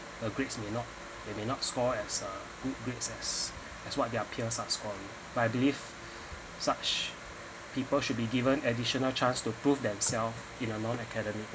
a grade may not they may not score uh full grades as as what they are pure subsequently by believe such people should be given additional chance to proof themselves in a non academic